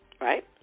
right